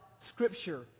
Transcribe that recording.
Scripture